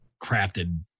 crafted